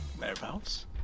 Whereabouts